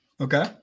Okay